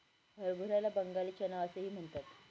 हरभऱ्याला बंगाली चना असेही म्हणतात